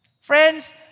Friends